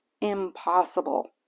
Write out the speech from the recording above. impossible